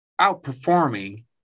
outperforming